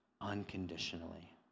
unconditionally